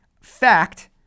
fact